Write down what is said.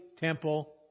temple